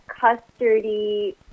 custardy